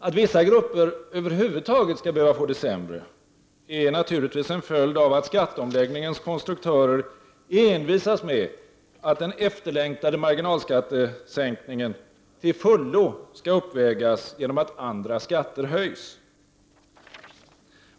Att vissa grupper över huvud taget skall behöva få det sämre är naturligtvis en följd av att skatteomläggningens konstruktörer envisas med att den efterlängtade marginalskattesänkningen till fullo skall uppvägas genom att andra skatter höjs.